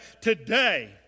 today